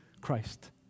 Christ